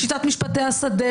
שיטת משפטי השדה,